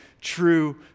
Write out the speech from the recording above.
true